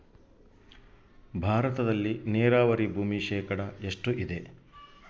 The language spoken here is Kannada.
ಭಾರತದಲ್ಲಿ ನೇರಾವರಿ ಭೂಮಿ ಶೇಕಡ ಎಷ್ಟು ಇದೆ?